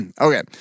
Okay